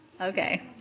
Okay